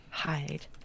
hide